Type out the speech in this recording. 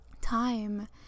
time